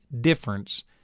difference